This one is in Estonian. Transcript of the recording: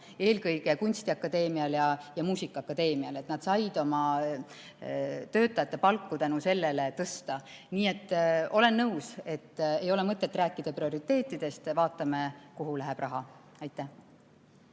oli abi kunstiakadeemial ja muusikaakadeemial, nad said oma töötajate palku tänu sellele tõsta. Nii et olen nõus, et ei ole mõtet rääkida prioriteetidest, vaatame, kuhu läheb raha. Aitäh!